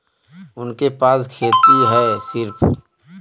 उनके पास खेती हैं सिर्फ